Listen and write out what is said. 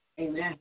Amen